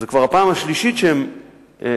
זו כבר הפעם שלישית שהן ממוכרזות.